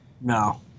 No